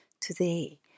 Today